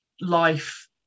life